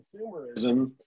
consumerism